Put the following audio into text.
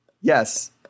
Yes